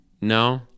no